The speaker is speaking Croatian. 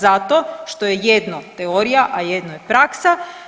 Zato što je jedno teorija, a jedno je praksa.